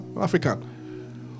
African